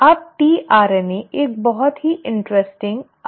अब tRNA एक बहुत ही रोचक RNA अणु है